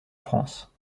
france